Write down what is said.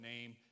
name